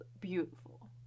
beautiful